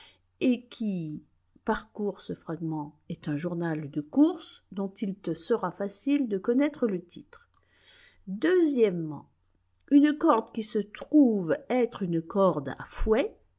et qui parcours ce fragment est un journal de courses dont il te sera facile de connaître le titre une corde qui se trouve être une corde à fouet